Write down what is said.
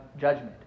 judgment